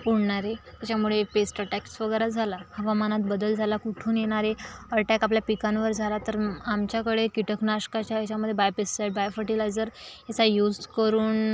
उडणारे त्याच्यामुळे pest attacks वगैरे झाला हवामानात बदल झाला कुठून येणारे अटॅक आपल्या पिकांवर झाला तर आमच्याकडे कीटकनाशकाच्या याच्यामध्ये बायपेसाइड बायफर्टिलायजर ह्याचा यूज करून